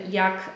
jak